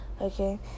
okay